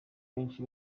benshi